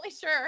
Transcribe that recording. sure